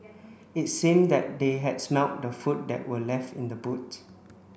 it seemed that they had smelt the food that were left in the boot